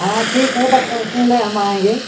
हाँ ठीक है तो परसों ले हम आएँगे